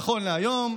נכון להיום.